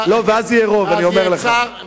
ואז זה יהיה צער